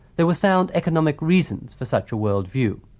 there were sound economic reasons for such a world view,